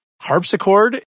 harpsichord